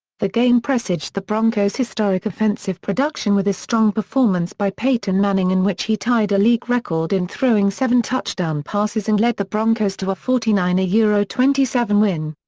the game presaged the broncos' historic offensive production with a strong performance by peyton manning in which he tied a league record in throwing seven touchdown passes and led the broncos to a forty nine yeah twenty seven win.